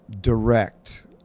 direct